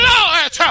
Lord